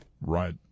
Right